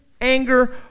anger